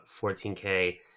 14K